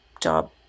job